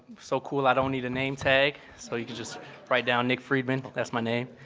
so cool i don't need a name tag so you can just write down nick friedman, that's my name.